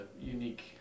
unique